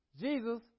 Jesus